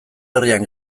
herrian